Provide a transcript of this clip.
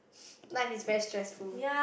life is very stressful